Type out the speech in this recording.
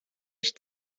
ich